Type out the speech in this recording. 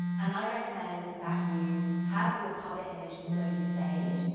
and i recommend that you have your cover image already saved,